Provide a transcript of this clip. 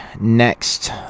next